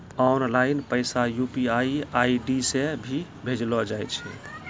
online पैसा UPI ID से भी भेजलो जाय छै